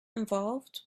involved